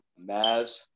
Mavs